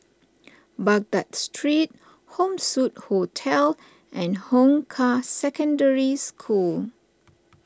Baghdad Street Home Suite Hotel and Hong Kah Secondary School